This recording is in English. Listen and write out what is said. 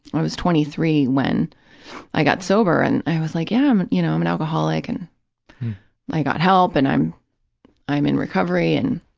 when i was twenty three, when i got sober, and i was like, yeah, um you know, i'm an alcoholic, and i got help and i'm i'm in recovery and,